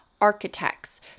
architects